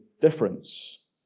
difference